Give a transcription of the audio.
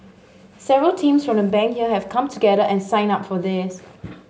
several teams from the Bank have come together and signed up for this